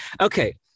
okay